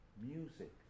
music